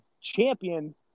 champion